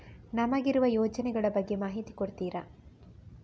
ನಮಗಿರುವ ಯೋಜನೆಗಳ ಬಗ್ಗೆ ಮಾಹಿತಿ ಕೊಡ್ತೀರಾ?